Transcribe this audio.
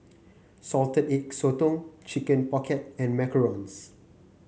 Salted Egg Sotong Chicken Pocket and macarons